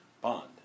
Bond